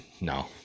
No